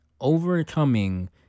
overcoming